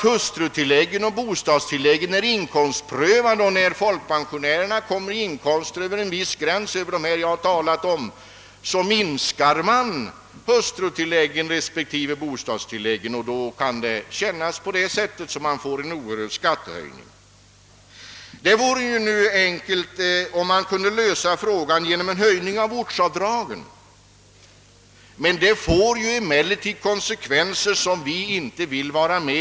Hustruoch bostadstilläggen är ju inkomstprövade och när folkpensionerna kommer över en viss inkomstgräns minskas dessa tillägg vilket kan kännas som en oerhörd skatteökning. Det vore enkelt om detta problem kunde lösas genom en höjning av ortsavdragen, men det skulle få konsekvenser som vi inte önskar.